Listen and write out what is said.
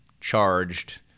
charged